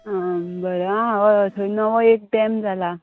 आं बरें आं हय हय थंय नवो एक डॅम जाला